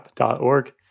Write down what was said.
org